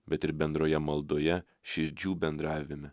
bet ir bendroje maldoje širdžių bendravime